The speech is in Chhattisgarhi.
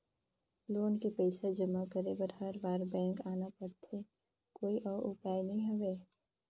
लोन के पईसा जमा करे बर हर बार बैंक आना पड़थे कोई अउ उपाय नइ हवय?